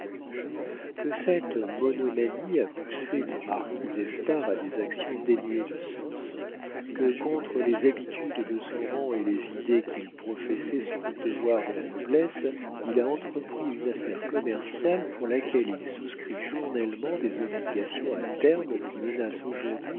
que cette monomanie a poussé le marquis d'espard à des actions dénuées de sens que contre les habitudes de son rang et les idées qu'il professait sur le devoir de la noblesse il a entrepris une affaire commerciale pour laquelle il souscrit journellement des obligations à terme qui menacent aujourd'hui